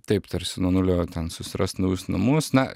taip tarsi nuo nulio ten susirast naujus namus na